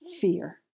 Fear